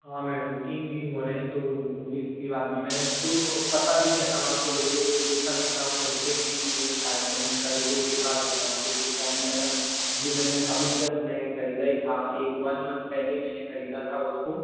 हाँ मैडम तीन दिन हो रहे हैं तो इस के बाद में मैंने पता भी किया था वहां के लोगों को पूछा भी था फिर फिर भी नहीं मिल पाया तो मैंने कहा रिपोर्ट लिखा देता हूँ क्योंकि फ़ोन मैडम अभी मैंने अभी जस्ट नया खरीदा ही था एक वान मन्थ पहले मैंने खरीदा था उसको